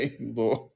Lord